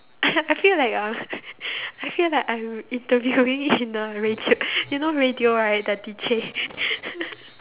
I feel like you are I feel like I'm interviewing you in a radio you know radio right the D_J